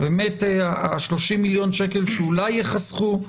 ה-30 מיליון שקל שאולי ייחסכו,